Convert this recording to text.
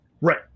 Right